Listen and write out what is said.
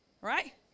right